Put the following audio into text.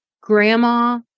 grandma